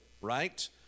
right